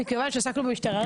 מכיוון שעסקנו במשטרה,